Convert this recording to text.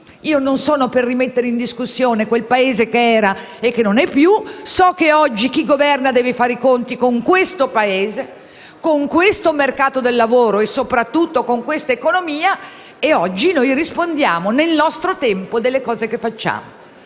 sì. Non sono per rimettere in discussione quel Paese che era e che non c'è più. So, però, che oggi chi governa deve fare i conti con questo Paese, con l'attuale mercato del lavoro e soprattutto con questa economia. E oggi noi rispondiamo nel nostro tempo delle cose che facciamo.